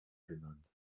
genannt